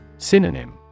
Synonym